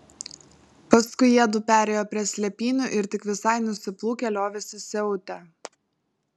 paskui jiedu perėjo prie slėpynių ir tik visai nusiplūkę liovėsi siautę